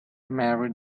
marry